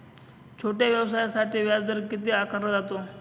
छोट्या व्यवसायासाठी व्याजदर किती आकारला जातो?